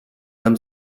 homme